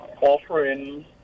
offering